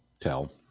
tell